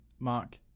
Mark